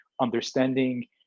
understanding